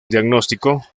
diagnóstico